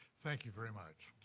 thank you very much.